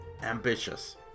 ambitious